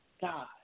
God